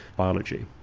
biology.